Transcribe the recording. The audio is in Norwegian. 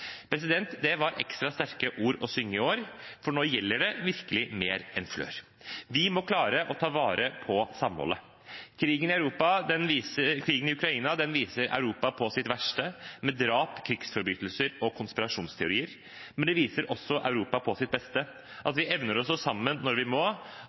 Det var ekstra sterke ord å synge i år, for nå gjelder det virkelig mer enn før. Vi må klare å ta vare på samholdet. Krigen i Ukraina viser Europa på sitt verste, med drap, krigsforbrytelser og konspirasjonsteorier, men den viser også Europa på sitt beste – at vi evner å stå sammen når vi må,